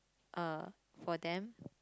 uh for them